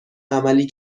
عملی